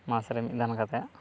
ᱢᱟᱥ ᱨᱮ ᱢᱤᱫ ᱫᱷᱟᱱ ᱠᱟᱛᱮᱫ